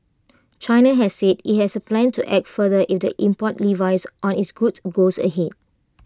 China has said IT has A plan to act further if the import levies on its goods goes ahead